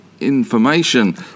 information